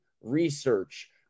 research